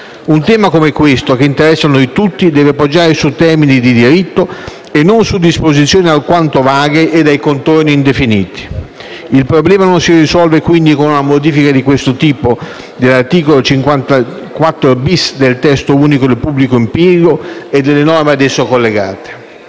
Un tema come questo, che interessa noi tutti, deve poggiare su termini di diritto e non su disposizioni alquanto vaghe e dai contorni indefiniti. Il problema non si risolve quindi con una modifica di questo tipo dell'articolo 54-*bis* del testo unico sul pubblico impiego e delle norme ad esso collegate.